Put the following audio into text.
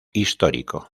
histórico